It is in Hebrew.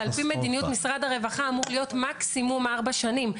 כשעל פי מדיניות משרד הרווחה אמור להיות מקסימום ארבע שנים.